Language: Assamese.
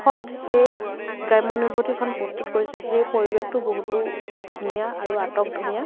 শত সেই গ্ৰাম্য় অনুভূতিখন প্ৰস্তুত কৰিছে সেই পৰিৱেশটো বহুতো ধুনীয়া আৰু আটক ধুনীয়া